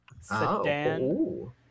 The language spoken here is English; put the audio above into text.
sedan